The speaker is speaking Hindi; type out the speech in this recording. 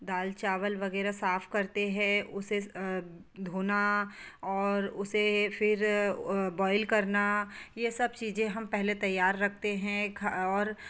दाल चावल वगैरह साफ़ करते हैं उसे धोना और उसे फिर बॉईल करना ये सब चीज़ें पहले हम तैयार रखते हैं खा और